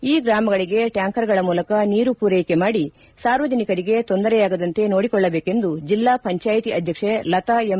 ಈ ಗ್ರಾಮಗಳಿಗೆ ಟ್ಯಾಂಕರ್ಗಳ ಮೂಲಕ ನೀರು ಮೂರೈಕೆ ಮಾಡಿ ಸಾರ್ವಜನಿಕರಿಗೆ ತೊಂದರೆಯಾಗದಂತೆ ನೋಡಿಕೊಳ್ಳಬೇಕೆಂದು ಜಿಲ್ಲಾ ಪಂಚಾಯಿತಿ ಅಧ್ಯಕ್ಷೆ ಲತಾ ಎಂ